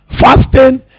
Fasting